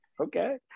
okay